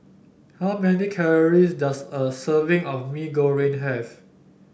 how many calories does a serving of Mee Goreng have